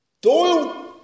Doyle